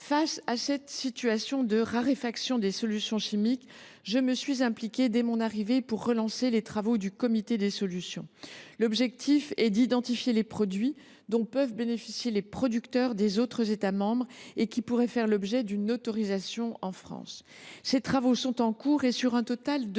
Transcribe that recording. Face à la raréfaction des solutions chimiques, je me suis impliquée, dès le jour de ma nomination, pour relancer les travaux du comité des solutions. L’objectif est d’identifier les produits dont peuvent bénéficier les producteurs des autres États membres et qui pourraient faire l’objet d’une autorisation en France. Ces travaux sont en cours et portent